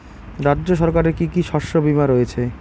রাজ্য সরকারের কি কি শস্য বিমা রয়েছে?